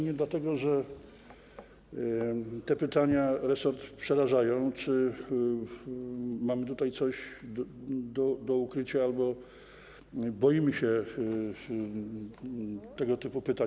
Nie dlatego, że te pytania resort przerażają czy mam tutaj coś do ukrycia albo boimy się tego typu pytań.